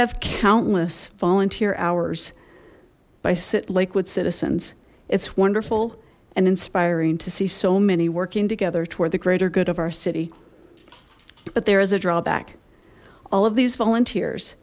have countless volunteer hours by sit liquid citizens it's wonderful and inspiring to see so many working together toward the greater good of our city but there is a drawback all of these volunteers